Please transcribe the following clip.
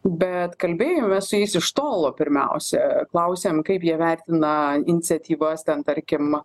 bet kalbėjomės su jais iš tolo pirmiausia klausėm kaip jie vertina iniciatyvas ten tarkim